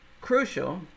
crucial